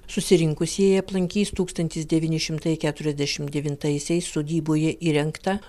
susirinkusieji aplankys tūkstntis devyni šimtai keturiasdešimt devintaisaisiais sodyboje įrengtą